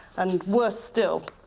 and worst still,